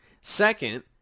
Second